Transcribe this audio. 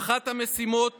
אחת המשימות